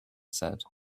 said